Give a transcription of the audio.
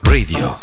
Radio